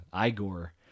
Igor